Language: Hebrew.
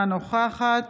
אינה נוכחת